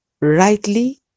rightly